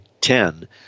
Ten